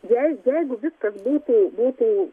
jei jeigu viskas būtų būtų